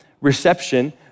reception